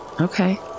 Okay